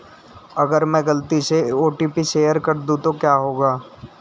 अगर मैं गलती से ओ.टी.पी शेयर कर दूं तो क्या होगा?